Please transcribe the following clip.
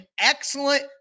excellent